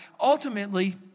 ultimately